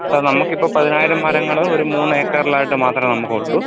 sir നമുക്ക് ഇപ്പം പതിനായിരം മരങ്ങള് ഒരു മൂന്ന് ഏക്കറിലായിട്ട് മാത്രമെ നമുക്ക് ഉള്ളു